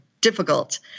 difficult